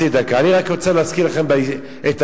אני רק רוצה להזכיר לכם את ההיסטוריה.